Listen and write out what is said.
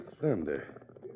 thunder